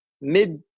mid